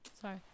Sorry